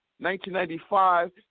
1995